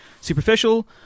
superficial